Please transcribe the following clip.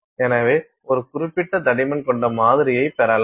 எனவே ஒரு குறிப்பிட்ட தடிமன் கொண்ட மாதிரியைப் பெறலாம்